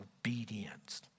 obedience